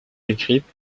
écrite